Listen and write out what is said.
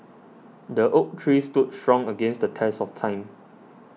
the oak tree stood strong against the test of time